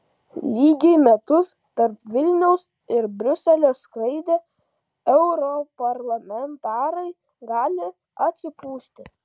lygiai metus tarp vilniaus ir briuselio skraidę europarlamentarai gali atsipūsti